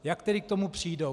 Jak tedy k tomu přijdou?